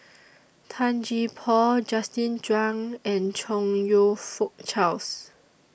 Tan Gee Paw Justin Zhuang and Chong YOU Fook Charles